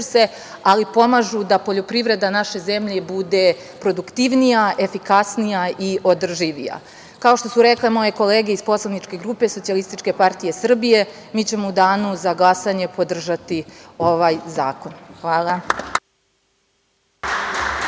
ali pomažu da poljoprivreda naše zemlje bude produktivnija, efikasnija i održivija. Kao što su rekle moje kolege iz poslaničke grupe SPS, mi ćemo u danu za glasanje podržati ovaj zakon. Hvala.